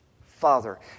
Father